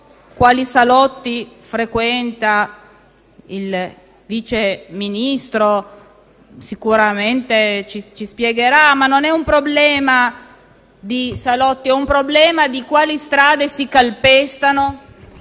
quali salotti frequenta il Vice Ministro (sicuramente ce lo spiegherà), ma non è un problema di salotti, è un problema di quali strade si calpestano,